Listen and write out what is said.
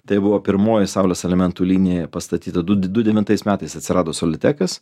tai buvo pirmoji saulės elementų linija pastatyta du devintais metais atsirado solitekas